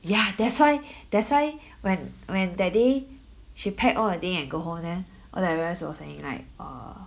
ya that's why that's why when when that day she packed all her thing and go home then all the rest was saying like err